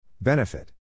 Benefit